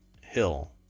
hill